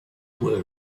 were